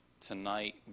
tonight